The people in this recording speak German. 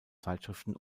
zeitschriften